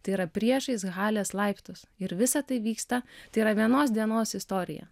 tai yra priešais halės laiptus ir visa tai vyksta tai yra vienos dienos istorija